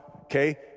okay